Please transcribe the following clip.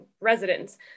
residents